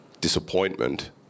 disappointment